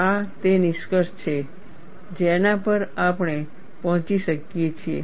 આ તે નિષ્કર્ષ છે જેના પર આપણે પહોંચી શકીએ છીએ